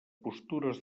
postures